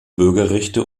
bürgerrechte